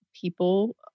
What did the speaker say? people